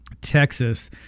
Texas